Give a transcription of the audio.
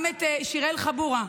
גם שיראל חבורה,